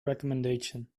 recomendation